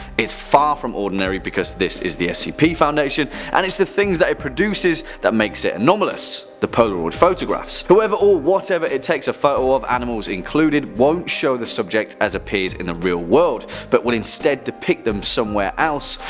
it's far from ordinary because this is the scp foundation and it's the things that it produces that makes it anomalous the polaroid photographs. whoever or whatever it takes a photo of animals included won't show the subject as appears in the real world but will depict them somewhere else,